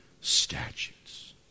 statutes